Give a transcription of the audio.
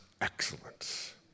excellence